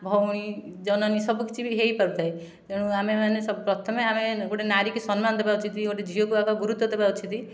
ଭଉଣୀ ଜନନୀ ସବୁ କିଛି ବି ହୋଇ ପାରୁଥାଏ ତେଣୁ ଆମେ ମାନେ ପ୍ରଥମେ ଆମେ ଗୋଟିଏ ନାରୀକି ସମ୍ମାନ ଦେବା ଉଚିତ ଗୋଟିଏ ଝିଅକୁ ଆଗ ଗୁରୁତ୍ୱ ଦେବା ଉଚିତ